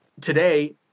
today